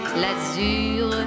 l'azur